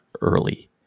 early